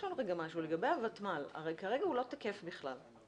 לגבי הותמ"ל, הרי כרגע הוא לא תקף בכלל.